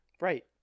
Right